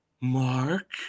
Mark